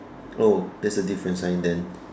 oh that's a different sign then